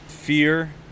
Fear